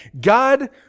God